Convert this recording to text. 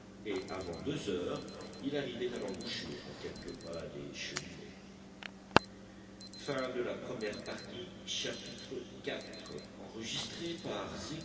et avant deux heures il arrivait à l'embouchure à quelques pas des cheminées